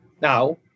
Now